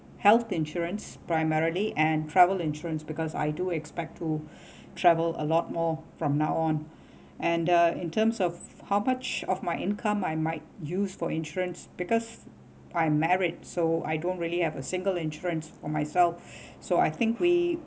health insurance primarily and travel insurance because I do expect to travel a lot more from now on and uh in terms of how much of my income I might use for insurance because I'm married so I don't really have a single insurance on myself so I think we